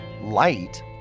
light